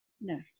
No